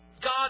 God